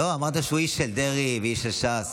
לא אמרתי שהפקיד מושחת.